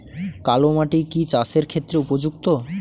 কালো মাটি কি চাষের ক্ষেত্রে উপযুক্ত?